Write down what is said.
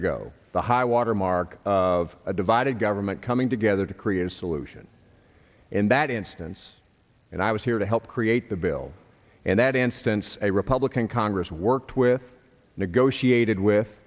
ago the high water mark of a divided government coming together to create a solution in that instance and i was here to help create the bill and that instance a republican congress worked with negotiated with